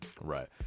Right